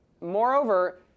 Moreover